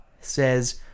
says